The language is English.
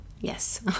Yes